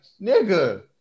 nigga